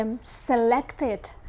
selected